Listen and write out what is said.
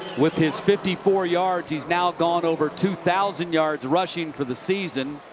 with his fifty four yards, he's now gone over two thousand yards rushing for the season.